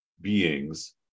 beings